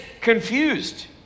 confused